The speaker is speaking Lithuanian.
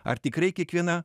ar tikrai kiekviena